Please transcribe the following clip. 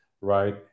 right